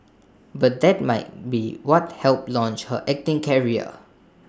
but that might be what helped launch her acting career